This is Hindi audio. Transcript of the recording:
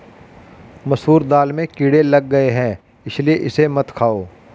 मसूर दाल में कीड़े लग गए है इसलिए इसे मत खाओ